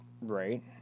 Right